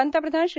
पंतप्रधान श्री